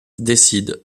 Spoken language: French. décide